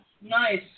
nice